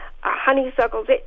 honeysuckles